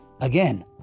again